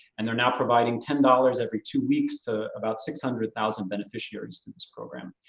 and they're now providing ten dollars every two weeks to about six hundred thousand beneficiaries to this program.